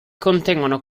contengono